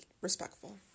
respectful